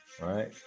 Right